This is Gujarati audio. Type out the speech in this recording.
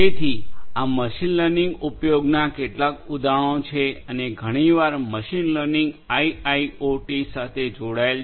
તેથી આ મશીન લર્નિંગ ઉપયોગના કેટલાક ઉદાહરણો છે અને ઘણીવાર મશીન લર્નિંગ આઇઆઇઓટી સાથે જોડાયેલ છે